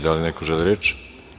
Da li neko želi reč?